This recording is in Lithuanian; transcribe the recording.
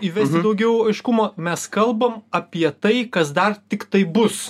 įvesti daugiau aiškumo mes kalbam apie tai kas dar tiktai bus